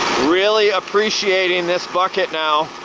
really appreciating this bucket now,